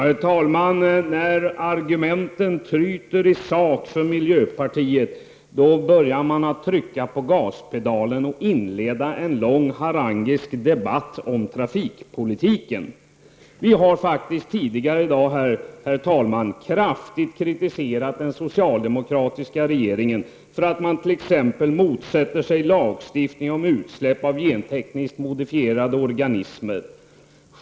Herr talman! När sakargumenten tryter för miljöpartiet, börjar man trycka på gaspedalen och inleda en lång harangisk debatt om trafikpolitik. Vi har tidigare i dag, herr talman, kraftigt kritiserat den socialdemokratiska regeringen för att den motsätter sig lagstiftning om utsläpp av gentekniskt modifierade organismer.